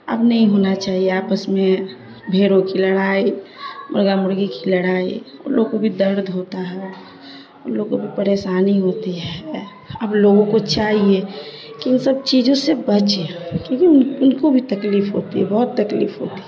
اب نہیں ہونا چاہیے آپس میں بھیڑوں کی لڑائی مرغا مرغی کی لڑائی ان لوگوں کو بھی درد ہوتا ہے ان لوگوں کو بھی پریشانی ہوتی ہے اب لوگوں کو چاہیے کہ ان سب چیزوں سے بچیں کیونکہ ان ان کو بھی تکلیف ہوتی ہے بہت تکلیف ہوتی ہے